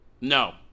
No